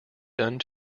done